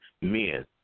men